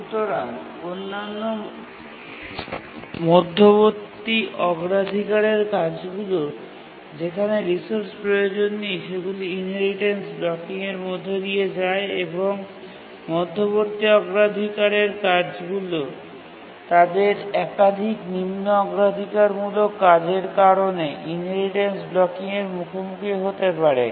সুতরাং অন্যান্য মধ্যবর্তী অগ্রাধিকারের কাজগুলি যেখানে রিসোর্স প্রয়োজন নেই সেগুলি ইনহেরিটেন্স ব্লকিং এর মধ্য দিয়ে যায় এবং মধ্যবর্তী অগ্রাধিকারের কার্যগুলি তাদের একাধিক নিম্ন অগ্রাধিকারমূলক কাজের কারণে ইনহেরিটেন্স ব্লকিং এর মুখোমুখি হতে পারে